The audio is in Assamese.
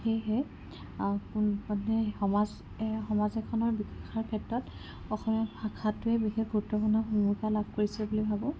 সেয়েহে সমাজ সমাজ এখনৰ বিকাশৰ ক্ষেত্ৰত অসমীয়া ভাষাটোৱে বিশেষ গুৰুত্বপূৰ্ণ ভূমিকা লাভ কৰিছে বুলি ভাবোঁ